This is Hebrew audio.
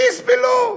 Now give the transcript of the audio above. שיסבלו,